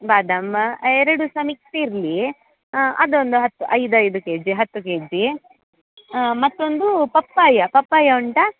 ಬಾದಮಾ ಎರಡು ಸಹಾ ಮಿಕ್ಸ್ ಇರಲಿ ಅದೊಂದು ಹತ್ತು ಐದು ಐದು ಕೆ ಜಿ ಹತ್ತು ಕೆ ಜಿ ಮತ್ತೊಂದು ಪಪ್ಪಾಯಾ ಪಪ್ಪಾಯಾ ಉಂಟಾ